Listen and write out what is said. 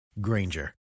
Granger